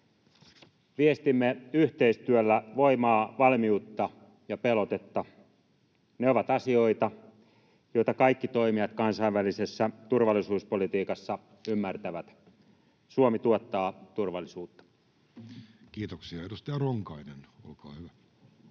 Viestimme yhteistyöllä voimaa, valmiutta ja pelotetta. Ne ovat asioita, joita kaikki toimijat kansainvälisessä turvallisuuspolitiikassa ymmärtävät. Suomi tuottaa turvallisuutta. Kiitoksia. — Edustaja Ronkainen, olkaa hyvä.